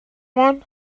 one